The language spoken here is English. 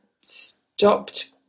stopped